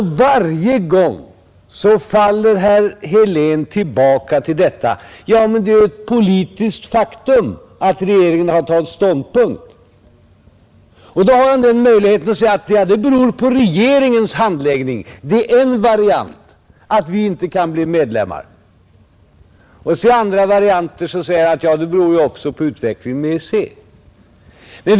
Varje gång faller herr Helén tillbaka till detta: ”Ja, men det är ju ett politiskt faktum att regeringen tagit ståndpunkt.” Han har då möjlighet att säga — det är en variant — att det beror på regeringens handläggning att vi inte kan bli medlemmar. En annan variant är att det beror på utvecklingen i EEC.